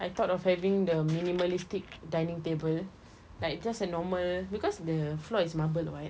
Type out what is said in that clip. I thought of having the minimalistic dining table like just a normal because the floor is marble [what]